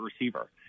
receiver